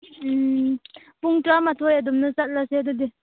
ꯎꯝ ꯄꯨꯡ ꯇꯥꯔꯥꯃꯊꯣꯏ ꯑꯗꯨꯝꯅ ꯆꯠꯂꯁꯦ ꯑꯗꯨꯗꯤ